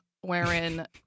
wherein